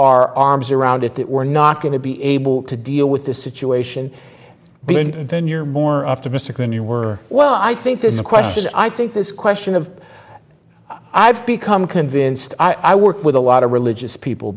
our arms around it that we're not going to be able to deal with the situation because then you're more optimistic than you were well i think there's a question i think this question of i've become convinced i work with a lot of religious people